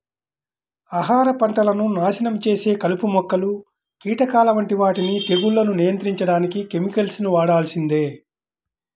ఆహార పంటలను నాశనం చేసే కలుపు మొక్కలు, కీటకాల వంటి వాటిని తెగుళ్లను నియంత్రించడానికి కెమికల్స్ ని వాడాల్సిందే